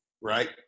right